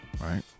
right